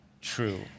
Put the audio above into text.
true